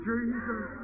Jesus